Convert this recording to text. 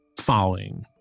following